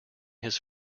his